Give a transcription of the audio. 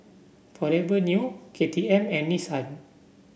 Forever New K T M and Nissan